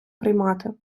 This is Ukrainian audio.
приймати